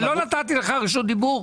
אבל לא נתתי לך רשות דיבור.